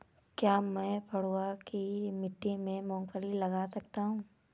क्या मैं पडुआ की मिट्टी में मूँगफली लगा सकता हूँ?